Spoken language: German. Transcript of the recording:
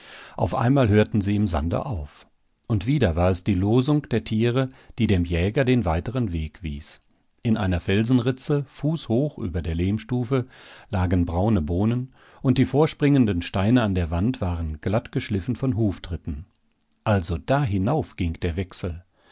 auf einmal hörten sie im sande auf und wieder war es die losung der tiere die dem jäger den weiteren weg wies in einer felsenritze fußhoch über der lehmstufe lagen braune bohnen und die vorspringenden steine an der wand waren glattgeschliffen von huftritten also da hinauf ging der wechsel